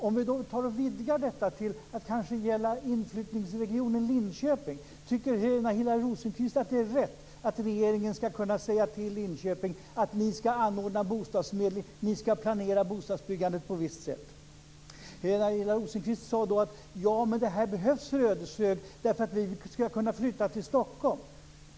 Om vi vidgar detta till att gälla inflyttningsregionen Linköping, tycker Helena Hillar Rosenqvist att det är rätt att regeringen ska kunna säga till Linköping att de ska anordna bostadsförmedling och att de ska planera bostadsbyggandet på visst sätt? Helena Hillar Rosenqvist svarade: Ja, men det här behövs för Ödeshög, för att vi ska kunna flytta till Stockholm.